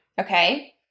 Okay